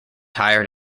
hired